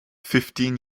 fifteen